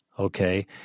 okay